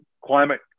climate